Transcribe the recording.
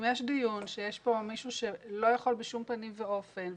אם יש דיון שיש בו מישהו שלא יכול בשום פנים ואופן,